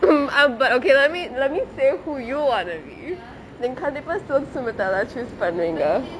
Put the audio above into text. hmm ah but okay let me let me say who you want to be நீங்க கண்டிப்பா:nengge kandippa silk simitha தா:thaa choose பண்ணுவிங்கே:pannuvinggae